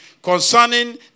Concerning